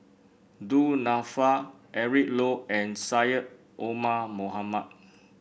Du Nanfa Eric Low and Syed Omar Mohamed